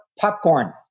Popcorn